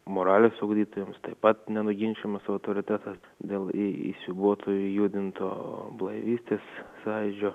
moralės ugdytojams taip pat nenuginčijamas autoritetas vėl įsiūbuotų judinto blaivystės sąjūdžio